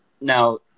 now